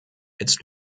its